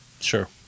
Sure